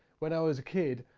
when i was a kid,